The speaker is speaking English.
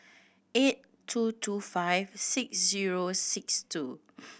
eight two two five six zero six two